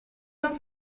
non